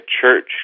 church